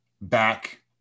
back